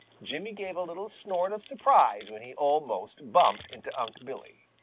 jimmy gave a little snort of surprise when he almost bumped into unc' billy.